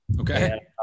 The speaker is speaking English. Okay